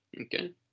Okay